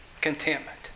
contentment